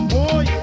Boy